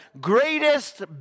greatest